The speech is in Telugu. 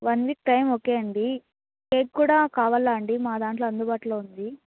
వన్ వీక్ టైం ఓకే అండి కేక్ కూడా కావాలా అండి మా దాంట్లో అందుబాటులో ఉంది